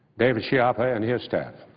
david chiappa and his staff.